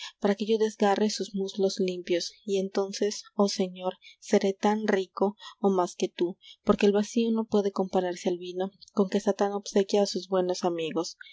para que yo desgarre sus muslos limpios y entonces oh señor seré tan rico o más que tú porque el vacío no puede compararse al vino con que satán obsequia a sus buenos amigos